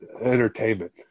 entertainment